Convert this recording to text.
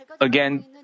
again